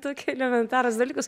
tokie elementarūs dalykus